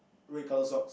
red colour sock